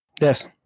Yes